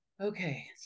Okay